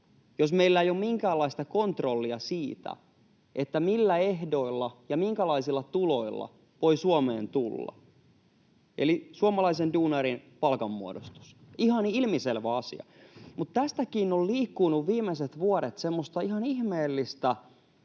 jos meillä ei ole minkäänlaista kontrollia siitä, millä ehdoilla ja minkälaisilla tuloilla voi Suomeen tulla. Eli suomalaisen duunarin palkanmuodostus, ihan ilmiselvä asia. Mutta tästäkin on liikkunut viimeiset vuodet semmoista ihan ihmeellistä,